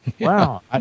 Wow